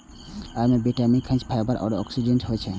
अय मे विटामिन, खनिज, फाइबर आ एंटी ऑक्सीडेंट होइ छै